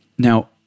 Now